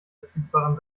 verfügbaren